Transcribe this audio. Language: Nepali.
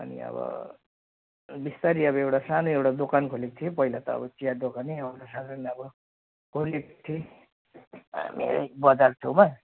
अनि अब बिस्तारै अब एउटा सानो एउटा दोकान खोलेको थिएँ पहिला त अब चिया दोकान नै साधारण अब खोलेको थिएँ यहीँ बजार छेउमा